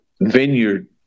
vineyard